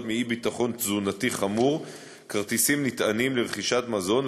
מאי-ביטחון תזונתי חמור כרטיסים נטענים לרכישת מזון,